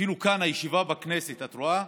אפילו כאן, בישיבה בכנסת, את רואה,